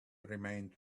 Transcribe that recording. remained